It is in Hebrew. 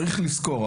צריך לזכור,